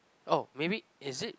oh maybe is it